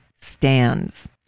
stands